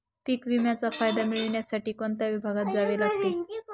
पीक विम्याचा फायदा मिळविण्यासाठी कोणत्या विभागात जावे लागते?